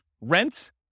rent